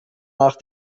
nach